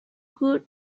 good